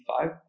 five